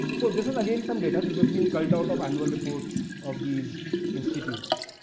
but so this is again some data, this has been culled out of annual reports of these institutes.